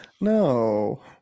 No